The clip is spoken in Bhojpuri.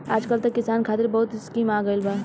आजकल त किसान खतिर बहुत स्कीम आ गइल बा